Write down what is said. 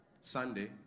Sunday